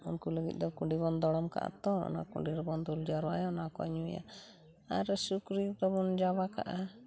ᱩᱱᱠᱩ ᱞᱟᱹᱜᱤᱫ ᱫᱚ ᱠᱩᱰᱤ ᱵᱚᱱ ᱫᱚᱲᱚᱢ ᱠᱟᱜᱼᱟ ᱛᱚ ᱚᱱᱟ ᱠᱩᱰᱤᱨᱮᱵᱚᱱ ᱫᱩᱞ ᱡᱟᱣᱨᱟᱭᱟ ᱚᱱᱟ ᱠᱚ ᱧᱩᱭᱟ ᱟᱨ ᱥᱩᱠᱨᱤ ᱫᱚᱵᱚᱱ ᱡᱟᱣᱟ ᱠᱟᱜᱼᱟ